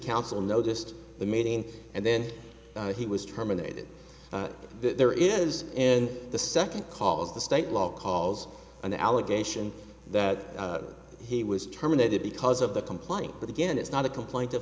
council noticed the meeting and then he was terminated there is and the second calls the state law calls an allegation that he was terminated because of the complaint but again it's not a complaint of